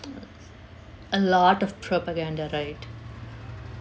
a lot of propaganda right